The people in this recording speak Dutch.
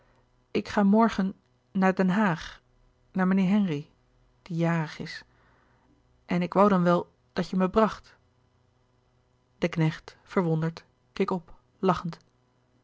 ik ga morgen naar den haag naar meneer henri die jarig is en ik woû dan wel dat je me bracht de knecht verwonderd keek op lachend